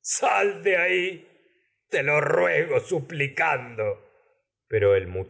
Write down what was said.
sal de ahí te lo chacho mirándole la cara suplicando pero el y mu